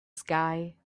sky